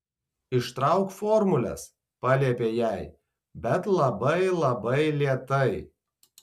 ištrauk formules paliepė jai bet labai labai lėtai